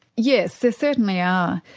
yes, there certainly are.